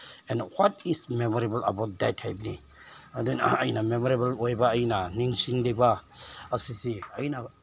and what is memorable about that ꯍꯥꯏꯕꯅꯤ ꯑꯗꯨꯅ ꯑꯩꯅ ꯃꯦꯃꯣꯔꯦꯕꯜ ꯑꯣꯏꯕ ꯑꯩꯅ ꯅꯤꯡꯁꯤꯡꯂꯤꯕ ꯑꯁꯤꯁꯤ ꯑꯩꯅ